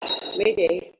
mayday